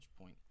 point